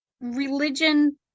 religion